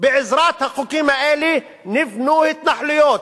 בעזרת החוקים האלה נבנו התנחלויות.